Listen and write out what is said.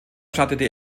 startete